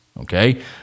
Okay